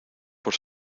por